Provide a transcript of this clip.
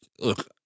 look